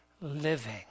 living